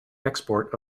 export